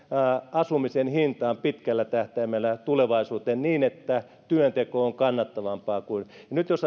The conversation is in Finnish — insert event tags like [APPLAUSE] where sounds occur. asumisen hintaan pitkällä tähtäimellä ja tulevaisuuteen niin että työnteko on kannattavampaa jos [UNINTELLIGIBLE]